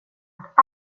att